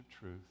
truth